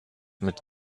mit